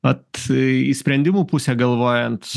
vat į į sprendimų pusę galvojant